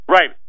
Right